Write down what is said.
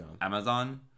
Amazon